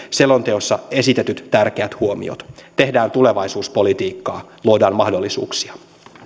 selonteossa esitetyt tärkeät huomiot tehdään tulevaisuuspolitiikkaa luodaan mahdollisuuksia